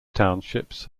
townships